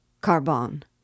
Carbon